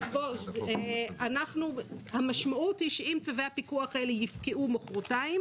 אם צווי הפיקוח האלה יפקעו מוחרתיים